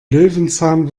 löwenzahn